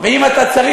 ואם אתה צריך,